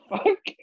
Fuck